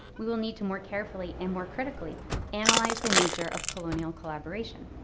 we will need to more carefully and more critically analyze the nature of colonial collaboration.